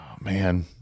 man